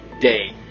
day